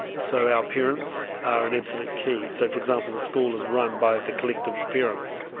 so our parents are an absolute key. so, for example, the school is run by the collective parents.